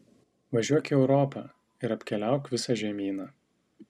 važiuok į europą ir apkeliauk visą žemyną